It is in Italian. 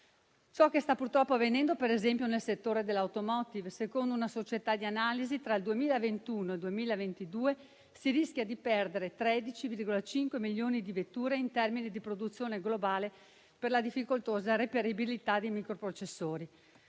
ciò che sta purtroppo avvenendo, per esempio, nel settore dell'*automotive*: secondo una società di analisi, tra il 2021 e il 2022 si rischiano di perdere 13,5 milioni di vetture in termini di produzione globale per la difficoltosa reperibilità di microprocessori,